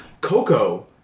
Coco